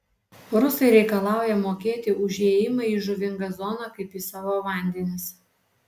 rusai reikalauja mokėti už įėjimą į žuvingą zoną kaip į savo vandenis